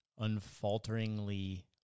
unfalteringly